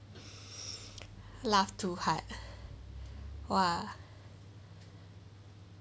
laugh too hard !wah!